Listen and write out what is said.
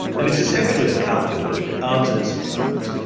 and it's essentially a calculator. it adds and it subtracts.